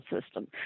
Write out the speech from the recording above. system